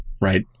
Right